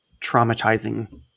traumatizing